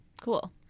Cool